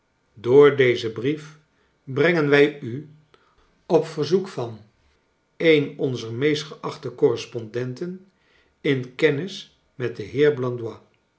door dezen brief brengen wij u op verzoek va n een onzer meest geachte correspondenten in kennis met den heer